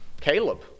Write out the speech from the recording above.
Caleb